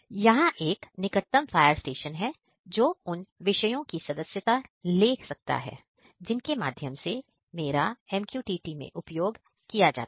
यहाँ एक निकटतम फायर स्टेशन है जो उन विषयों की सदस्यता ले सकता है जिनके माध्यम से मेरा MQTT में उपयोग किया जाता है